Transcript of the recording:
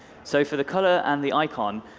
so for the color and the icon,